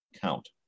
count